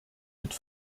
mit